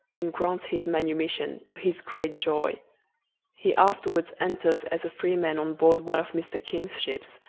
and grants his manumission, to his great joy he afterwards enters as a freeman on board one of mr. king's ships,